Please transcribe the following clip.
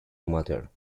mother